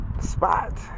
spot